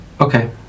Okay